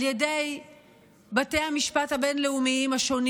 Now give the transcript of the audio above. על ידי בתי המשפט הבין-לאומיים השונים